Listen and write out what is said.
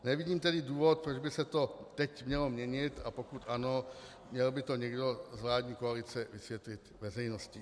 Nevidím tedy důvod, proč by se to teď mělo měnit, a pokud ano, měl by to někdo z vládní koalice vysvětlit veřejnosti.